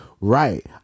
Right